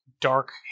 dark